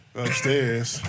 upstairs